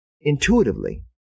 intuitively